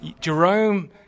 Jerome